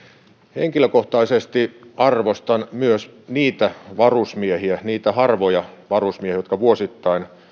henkilökohtaisesti arvostan myös niitä varusmiehiä niitä harvoja varusmiehiä jotka vuosittain